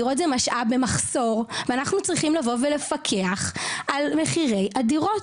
דירות זה משאב במחסור ואנחנו צריכים לבוא ולפקח על מחירי הדירות